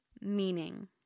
meaning